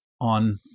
on